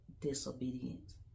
disobedience